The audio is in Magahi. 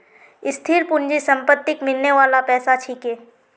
स्थिर पूंजी संपत्तिक मिलने बाला पैसा छिके